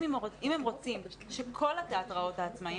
אם הם רוצים שכל התיאטראות העצמאיים,